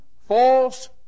false